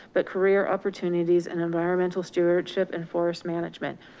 but career opportunities in environmental stewardship and forest management.